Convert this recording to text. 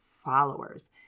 followers